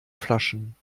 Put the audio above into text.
flaschen